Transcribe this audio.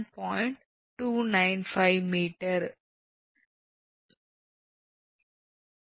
295 m ஆக இருக்கும்